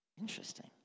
Interesting